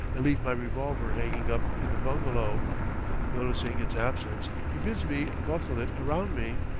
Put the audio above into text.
and leave my revolver hanging up in the bungalow noticing its absence, he bids me buckle it around me,